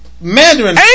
Mandarin